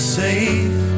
safe